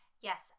yes